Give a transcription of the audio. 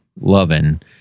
loving